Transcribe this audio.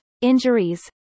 injuries